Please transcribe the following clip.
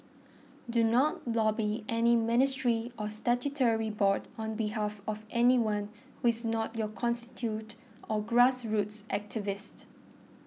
do not lobby any ministry or statutory board on behalf of anyone who is not your constituent or grass roots activist